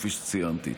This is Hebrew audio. כפי שציינתי.